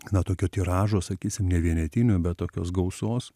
na tokio tiražo sakysim ne vienetinio be tokios gausos